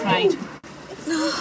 Right